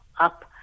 up